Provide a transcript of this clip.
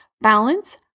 balance